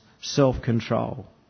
self-control